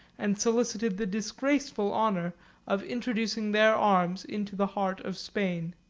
and solicited the disgraceful honour of introducing their arms into the heart of spain